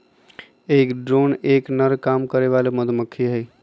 एक ड्रोन एक नर काम करे वाली मधुमक्खी हई